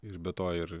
ir be to ir